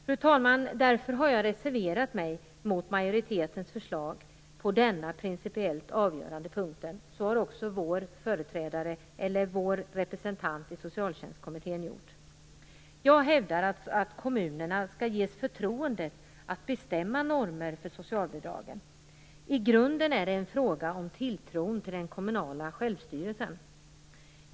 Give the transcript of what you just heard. Fru talman! Därför har jag reserverat mig mot majoritetens förslag på denna principiellt avgörande punkt. Så har också vår representant i socialtjänstkommittén gjort. Jag hävdar att kommunerna skall ges förtroendet att bestämma normer för socialbidragen. I grunden är det en fråga om tilltron till den kommunala självstyrelsen.